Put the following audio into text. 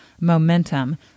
momentum